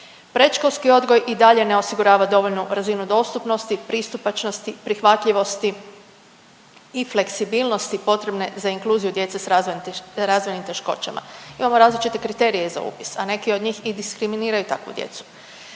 Predškolski odgoj i dalje ne osigurava dovoljnu razinu dostupnosti, pristupačnosti, prihvatljivost i fleksibilnosti potrebne za inkluziju djece s razvojnim teškoćama. Imamo različite kriterije za upis, a neki od njih i diskriminiraju takvu djecu.